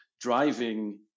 driving